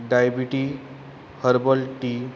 diabetes herbal tea